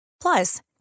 Plus